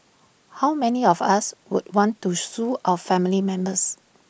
how many of us would want to sue our family members